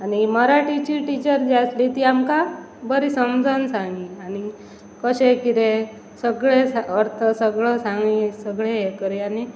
आनी मराठीची टिचर जी आसली ती आमकां बरी समजन सांगं आनी कशें कितें सगळें अर्थ सगळो सांग सगळें हें कर आनी